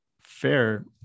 fair